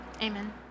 Amen